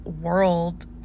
world